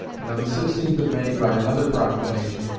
and on the sixteenth of may, by another proclamation,